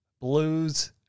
Blues